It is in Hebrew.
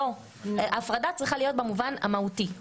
הפרדה צריכה להיות במובן המהותי.